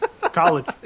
College